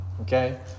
okay